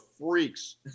freaks